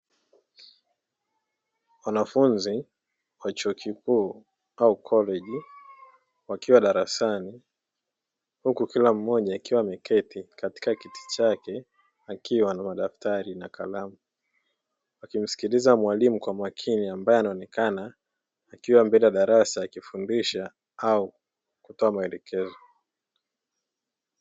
Wanafunzi wa chuo kikuu au koleji wakiwa darasani huku kila mmoja akiwa ameketi katika kiti chake akimsikiliza mwalimu kwa makini ambaye anaonekana akiwa mbele akifundisha au kutoa maelekezo.